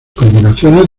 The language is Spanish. combinaciones